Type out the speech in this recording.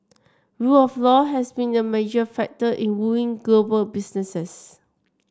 rule of law has been a major factor in wooing global businesses